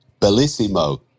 Bellissimo